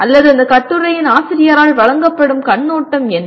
அல்லது அந்தக் கட்டுரையின் ஆசிரியரால் வழங்கப்படும் கண்ணோட்டம் என்ன